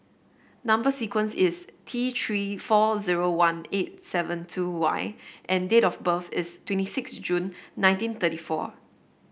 number sequence is T Three four zero one eight seven two Y and date of birth is twenty six June nineteen thirty four